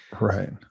Right